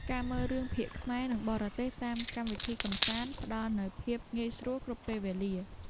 ការមើលរឿងភាគខ្មែរ និងបរទេសតាមកម្មវិធីកម្សាន្ត ផ្តល់នូវភាពងាយស្រួលគ្រប់ពេលវេលា។